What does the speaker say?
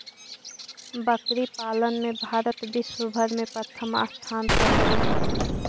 बकरी पालन में भारत विश्व भर में प्रथम स्थान पर हई